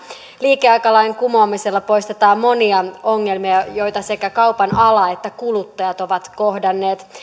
liikeaikalain kumoamisella poistetaan monia ongelmia joita sekä kaupan ala että kuluttajat ovat kohdanneet